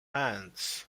hands